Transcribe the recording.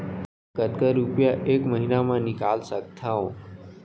कतका रुपिया एक महीना म निकाल सकथव?